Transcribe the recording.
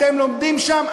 אתם לומדים שם,